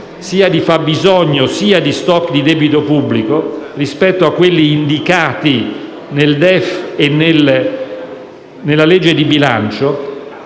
sia di fabbisogno sia di *stock* di debito pubblico rispetto a quelli indicati nel DEF e nella legge di bilancio,